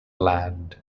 land